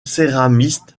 céramiste